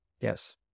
Yes